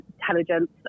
intelligence